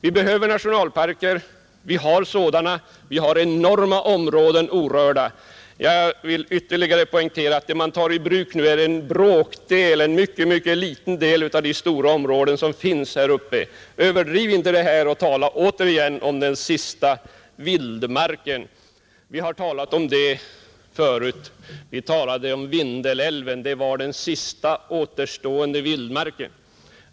Vi behöver nationalparker, vi har sådana, vi har enorma orörda områden. Jag vill än en gång poängtera att vad man nu ämnar ta i anspråk är en ytterst liten del av de stora orörda områden som finns här uppe. Överdriv inte detta och tala inte återigen om den sista vildmarken! Vi har tidigare talat om Vindelälven; det var den sista återstående vildmarken.